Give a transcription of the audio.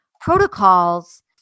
protocols